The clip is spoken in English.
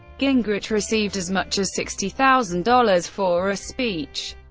gingrich received as much as sixty thousand dollars for a speech,